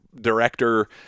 Director